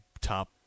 top